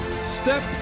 Step